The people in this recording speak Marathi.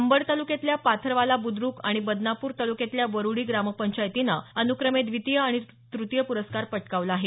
यामध्ये अंबड तालुक्यातल्या पाथरवाला बुद्रुक आणि बदनापूर तालुक्यातल्या वरुडी ग्रामपंचायतीनं अनुक्रमे द्वितीय आणि त्रतीय पुरस्कार पटकावला आहे